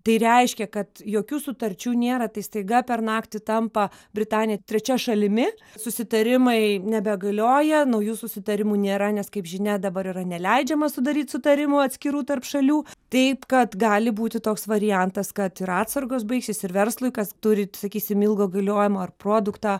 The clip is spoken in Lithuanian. tai reiškia kad jokių sutarčių nėra tai staiga per naktį tampa britanija trečia šalimi susitarimai nebegalioja naujų susitarimų nėra nes kaip žinia dabar yra neleidžiama sudaryt sutarimų atskirų tarp šalių taip kad gali būti toks variantas kad ir atsargos baigsis ir verslui kas turi sakysim ilgo galiojimo ar produktą